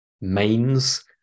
mains